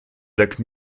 lac